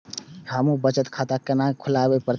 हमू बचत खाता केना खुलाबे परतें?